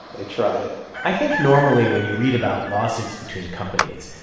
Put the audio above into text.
they tried it i think, normally, when you read about lawsuits between companies,